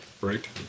Break